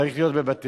צריך להיות בבתי-ספר.